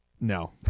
No